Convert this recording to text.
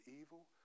evil